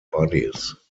bodies